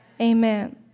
amen